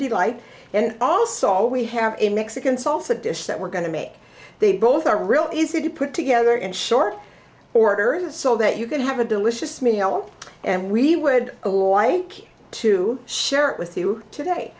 delight and also we have a mexican salsa dish that we're going to make they both are really easy to put together in short order so that you can have a delicious meal and we would like to share it with you today